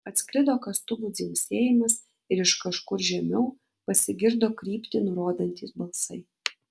atsklido kastuvų dzingsėjimas ir iš kažkur žemiau pasigirdo kryptį nurodantys balsai